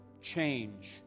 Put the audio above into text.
change